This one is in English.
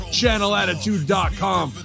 channelattitude.com